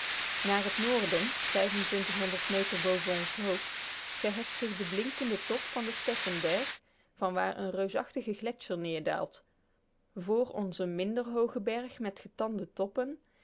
naar het noorden meter boven ons hoofd verheft zich de blinkende top van den stephenberg van waar een reusachtige gletscher neerdaalt vr ons een minder hooge berg met getande toppen